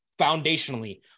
foundationally